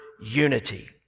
unity